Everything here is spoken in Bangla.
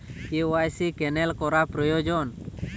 কে.ওয়াই.সি ক্যানেল করা প্রয়োজন?